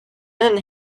and